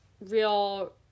real